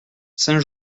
saint